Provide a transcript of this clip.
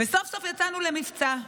וסוף-סוף יצאנו למבצע.